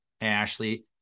Ashley